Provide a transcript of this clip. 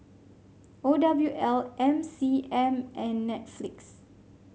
O W L M C M and Netflix